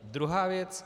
Druhá věc.